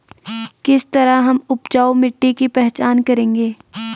किस तरह हम उपजाऊ मिट्टी की पहचान करेंगे?